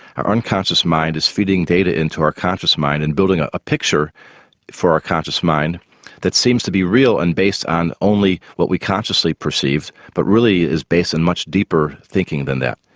our unconscious mind is feeding data into our conscious mind and building up ah a picture for our conscious mind that seems to be real and based on only what we consciously perceive but really is based on much deeper thinking than that.